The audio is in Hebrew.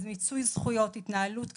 אז מיצוי זכויות, התנהלות כלכלית,